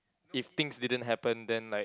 if things didn't happen then like